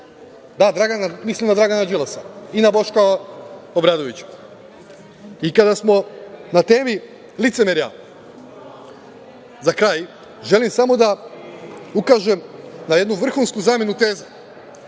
Da, mislim na Dragana Đilasa i na Boška Obradovića. Kada smo na temi licemerja, za kraj, želim samo da ukažem na jednu vrhunsku zamenu teza.